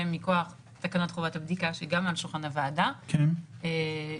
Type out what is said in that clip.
בשקופית הבאה תראו את האפקט על החולים